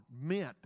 Meant